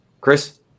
Chris